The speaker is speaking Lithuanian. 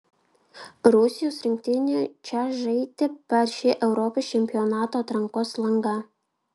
rusijos rinktinė čia žaidė per šį europos čempionato atrankos langą